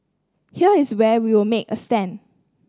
here is where we will make a stand